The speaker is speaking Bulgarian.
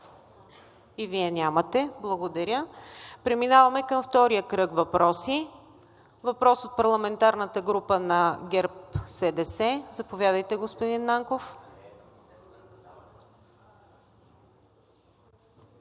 И Вие нямате. Благодаря. Преминаваме към втория кръг въпроси. Въпрос от парламентарната група на ГЕРБ-СДС? Заповядайте, господин Нанков.